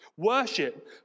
Worship